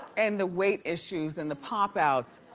and the weight issues and the pop-outs.